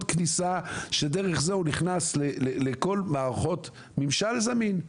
כניסה שדרך זה הוא נכנס לכל מערכות ממשל זמין.